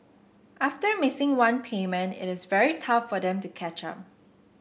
after missing one payment it is very tough for them to catch up